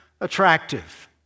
attractive